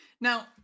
Now